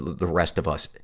the rest of us. but